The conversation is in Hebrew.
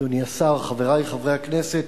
אדוני השר, חברי חברי הכנסת,